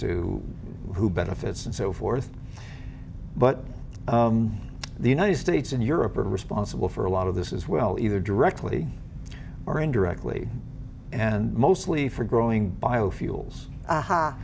to who benefits and so forth but the united states and europe are responsible for a lot of this is well either directly or indirectly and mostly for growing biofuels